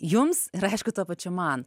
jums ir aišku tuo pačiu man